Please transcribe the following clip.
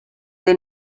they